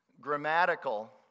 grammatical